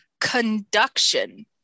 conduction